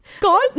God